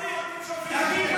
אחרי הצבעה.